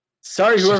Sorry